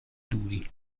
duri